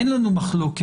אין לנו מחלוקת,